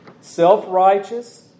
self-righteous